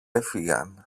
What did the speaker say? έφυγαν